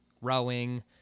rowing